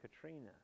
Katrina